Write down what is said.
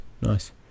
nice